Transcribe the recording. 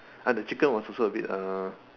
uh the chicken was also a bit uh